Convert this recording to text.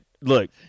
look